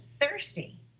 thirsty